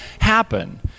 happen